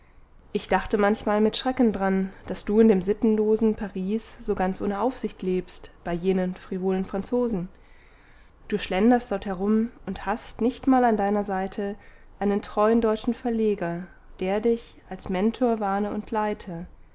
ich dachte manchmal mit schrecken dran daß du in dem sittenlosen paris so ganz ohne aufsicht lebst bei jenen frivolen franzosen du schlenderst dort herum und hast nicht mal an deiner seite einen treuen deutschen verleger der dich als mentor warne und leite